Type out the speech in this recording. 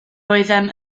oeddem